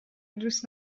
دوست